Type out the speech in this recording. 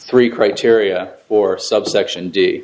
three criteria or subsection d